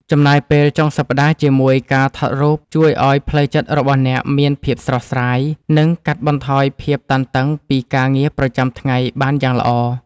ចំណាយពេលចុងសប្តាហ៍ជាមួយការថតរូបជួយឱ្យផ្លូវចិត្តរបស់អ្នកមានភាពស្រស់ស្រាយ និង កាត់បន្ថយភាពតានតឹងពីការងារប្រចាំថ្ងៃបានយ៉ាងល្អ។